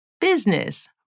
business